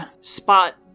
spot